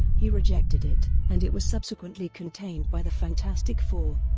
he rejected it, and it was subsequently contained by the fantastic four.